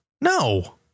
No